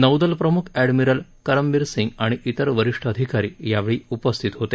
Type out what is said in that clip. नौदल प्रम्ख अष्ठमिरल करमबीर सिंग आणि इतर वरिष्ठ अधिकारी यावेळी उपस्थित होते